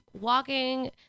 walking